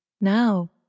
now